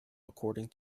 according